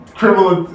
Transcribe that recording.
criminal